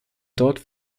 dort